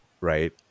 right